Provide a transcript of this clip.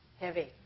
Heavy